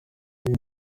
iyi